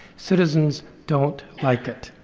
citizens don't like it.